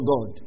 God